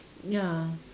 ya